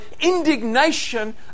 indignation